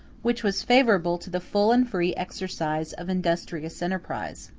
which was favorable to the full and free exercise of industrious enterprise.